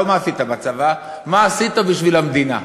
לא "מה עשית בצבא?" "מה עשית בשביל המדינה?"